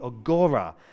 Agora